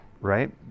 right